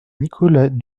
nicolas